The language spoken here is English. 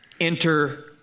Enter